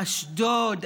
אשדוד,